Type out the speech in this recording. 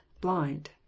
blind